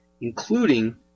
including